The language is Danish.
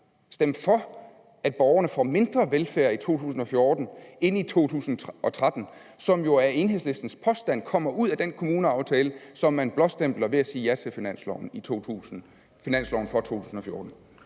stemme for, at borgerne får mindre velfærd i 2014 end i 2013, hvilket det jo er Enhedslistens påstand at der kommer ud af den kommuneaftale, som man blåstempler ved at sige ja til finansloven for 2014.